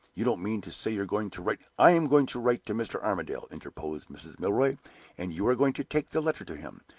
you don't mean to say you're going to write? i am going to write to mr. armadale, interposed mrs. milroy and you are going to take the letter to him,